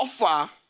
offer